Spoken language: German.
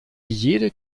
jede